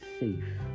safe